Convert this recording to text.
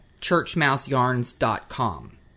churchmouseyarns.com